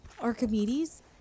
Archimedes